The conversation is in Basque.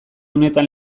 unetan